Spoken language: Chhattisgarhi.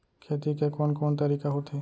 खेती के कोन कोन तरीका होथे?